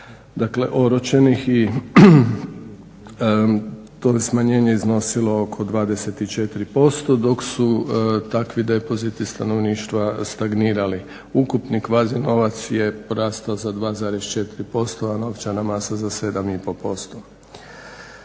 dakle oročenih i to je smanjenje iznosilo oko 24% dok su takvi depoziti stanovništva stagnirali. Ukupni kvazi novac je porastao za 2,4%, a novčana masa za 7,5%.